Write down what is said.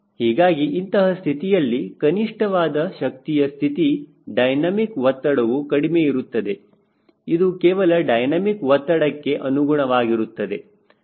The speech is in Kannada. ಹೀಗಾಗಿ ಇಂತಹ ಸ್ಥಿತಿಯಲ್ಲಿ ಕನಿಷ್ಠವಾದ ಶಕ್ತಿಯ ಸ್ಥಿತಿ ಡೈನಮಿಕ್ ಒತ್ತಡವು ಕಡಿಮೆ ಇರುತ್ತದೆ ಇದು ಕೇವಲ ಡೈನಮಿಕ್ ಒತ್ತಡಕ್ಕೆ ಅನುಗುಣವಾಗಿರುತ್ತದೆ